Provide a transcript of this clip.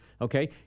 okay